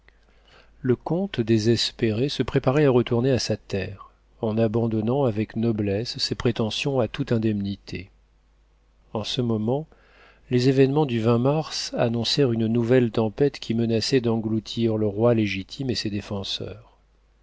le comte désespéré se préparait à retourner à sa terre en abandonnant avec noblesse ses prétentions à toute indemnité en ce moment les événements du vingt mars annoncèrent une nouvelle tempête qui menaçait d'engloutir le roi légitime et ses défenseurs